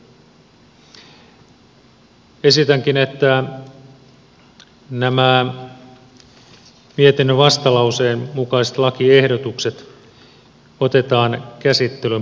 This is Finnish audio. esitänkin että nämä mietinnön vastalauseen mukaiset lakiehdotukset otetaan käsittelyn pohjaksi